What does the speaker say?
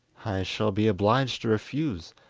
i shall be obliged to refuse.